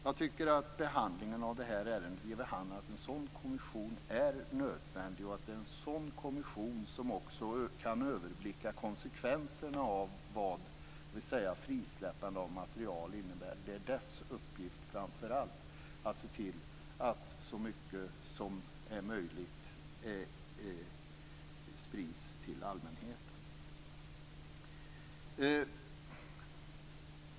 Jag tycker att behandlingen av det här ärendet ger vid handen att en sådan kommission är nödvändig, en kommission som också kan överblicka konsekvenserna av frisläppandet av material. Dess uppgift är framför allt att se till att så mycket som möjligt sprids till allmänheten.